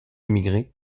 émigré